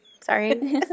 sorry